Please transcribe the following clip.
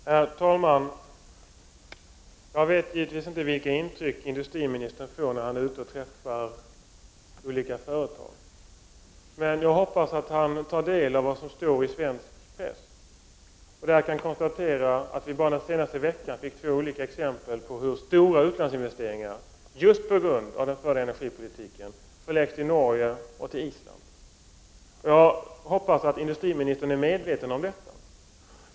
Herr talman! Jag vet givetvis inte vilka intryck industriministern får när han är ute och träffar olika företag, men jag hoppas att han tar del av vad som står i svensk press. Jag kan konstatera att vi där bara den senaste veckan fick två exempel på hur stora utlandsinvesteringar just på grund av den förda energipolitiken förläggs till Norge och till Island. Jag hoppas att industriministern är medveten om detta.